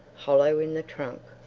hollow in the trunk,